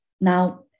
Now